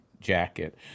jacket